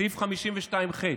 סעיף 52ח,